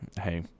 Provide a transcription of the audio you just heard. Hey